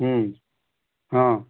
ହୁଁ ହଁ